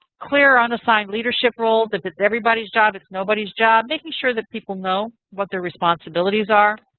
clear unassigned leadership roles. if it's everybody's job, it's nobody's job. making sure that people know what their responsibilities are.